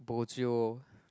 bo jio